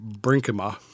Brinkema